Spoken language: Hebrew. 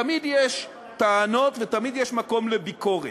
תמיד יש טענות ותמיד יש מקום לביקורת,